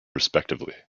respectively